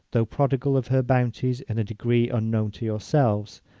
though prodigal of her bounties in a degree unknown to yourselves,